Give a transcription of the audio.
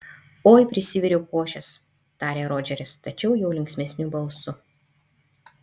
oi prisiviriau košės tarė rodžeris tačiau jau linksmesniu balsu